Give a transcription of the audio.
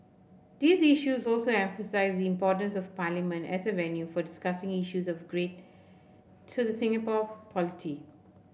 these issues also emphasise the importance of Parliament as a venue for discussing issues of great to the Singapore polity